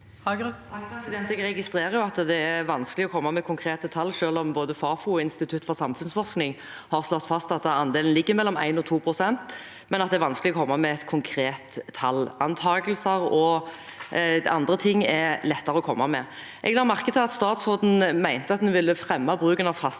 Jeg registrerer at det er vanskelig å komme med konkrete tall, selv om både Fafo og Institutt for samfunnsforskning har slått fast at andelen ligger mellom 1 pst. og 2 pst. Likevel er det vanskelig å komme med et konkret tall; antagelser og andre ting er lettere å komme med. Jeg la merke til at statsråden mente at en ville fremme bruken av faste